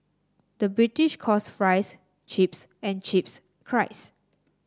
the British calls fries chips and chips cries